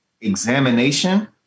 examination